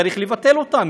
צריך לבטל אותם.